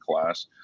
class